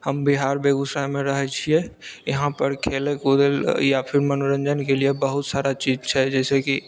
हम बिहार बेगूसरायमे रहै छियै इहाँ पर खेलए कूदए या फेर मनोरञ्जनके लिए बहुत सारा चीज छै जैसे कि